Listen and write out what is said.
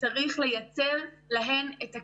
צריך לייצר להן את הכלים,